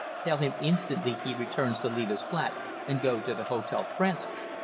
tell him instantly he returns to leave his flat and go to the hotel francis.